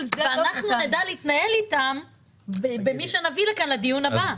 ואנחנו נדע להתנהל איתם במי שנביא לכאן לדיון הבא.